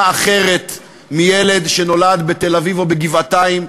אחרת מזו שנולד אליה ילד בתל-אביב או בגבעתיים.